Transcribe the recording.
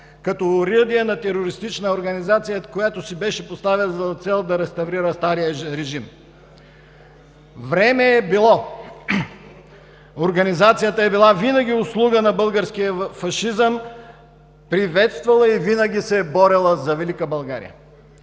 като оръдия на терористична организация, която си беше поставила за цел да реставрира стария режим. Време е било. Организацията е била винаги в услуга на българския фашизъм, приветствала е и винаги се е борила за Велика България“.